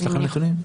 יש לכם נתונים?